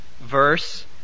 verse